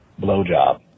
blowjob